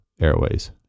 Airways